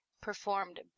performed